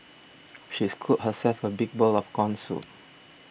she scooped herself a big bowl of Corn Soup